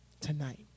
tonight